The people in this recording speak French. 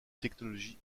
technologie